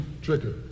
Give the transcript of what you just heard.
trigger